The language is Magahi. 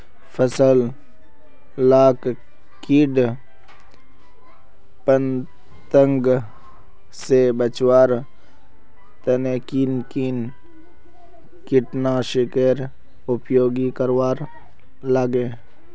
फसल लाक किट पतंग से बचवार तने किन किन कीटनाशकेर उपयोग करवार लगे?